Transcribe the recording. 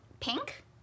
pink